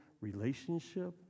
relationship